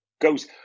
Goes